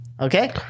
Okay